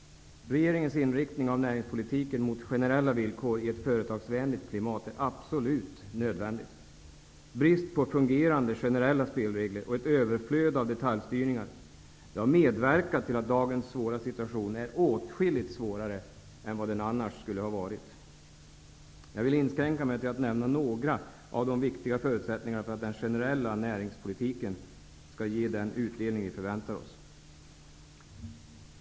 Regeringens inriktning av näringspolitiken mot generella villkor i ett företagsvänligt klimat är absolut nödvändig. Brist på fungerande generella spelregler och ett överflöd av detaljstyrningar har bidragit till att göra dagens svåra situation åtskilligt svårare än den annars skulle ha varit. Jag vill inskränka mig till att nämna några av de viktiga förutsättningarna för att den generella näringspolitiken skall ge den utdelning vi förväntar oss.